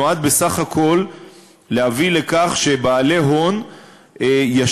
נועדה בסך הכול להביא לכך שבעלי הון ישקיעו